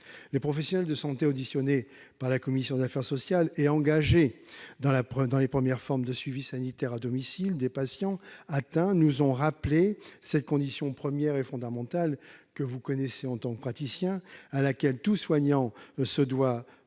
Les professionnels de santé auditionnés par la commission des affaires sociales et engagés dans les premières formes de suivi sanitaire à domicile des patients atteints nous ont rappelé cette condition première et fondamentale, que vous connaissez en tant que praticien, et à laquelle tout soignant se doit